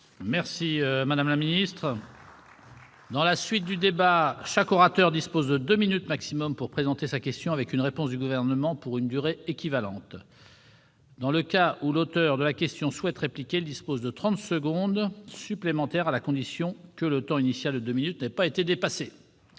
transition écologique. Je rappelle que chaque orateur dispose de deux minutes maximum pour présenter sa question, suivie d'une réponse du Gouvernement pour une durée équivalente. Dans le cas où l'auteur de la question souhaite répliquer, il dispose de trente secondes supplémentaires, à la condition que le temps initial de deux minutes n'ait pas été dépassé.